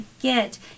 get